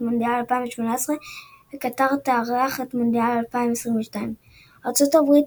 מונדיאל 2018 וקטר תארח את מונדיאל 2022. ארצות הברית,